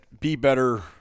BeBetter